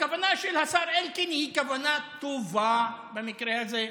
הכוונה של השר אלקין היא כוונה טובה במקרה הזה,